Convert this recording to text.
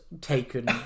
taken